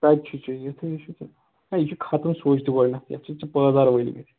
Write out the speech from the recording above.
کَتہِ چھُ ژےٚ یِتھُے ہَے چھُ یہِ یہِ چھُ ختٕم سُچ تہِ گۅڈٕنیٚتھ یتھ چھِتھ ژےٚ پٲزار وٲلۍمِتۍ